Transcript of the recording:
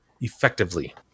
effectively